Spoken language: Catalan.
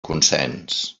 consens